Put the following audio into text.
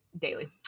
Daily